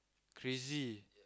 crazy